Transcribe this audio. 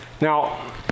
Now